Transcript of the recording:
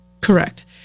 Correct